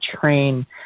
train